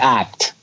act